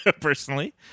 Personally